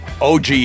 og